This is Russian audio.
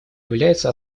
является